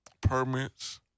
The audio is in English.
permits